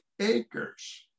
acres